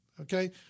okay